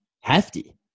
Hefty